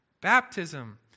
baptism